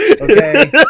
Okay